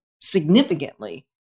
significantly